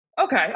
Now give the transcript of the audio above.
Okay